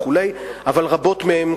אבל רבות מהן,